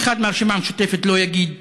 אף אחד מהרשימה המשותפת לא יגיד: